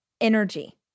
energy